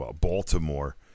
Baltimore